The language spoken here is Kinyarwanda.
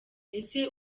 ese